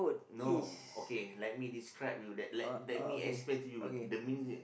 no okay let me <describe you that let let me explain to you the meaning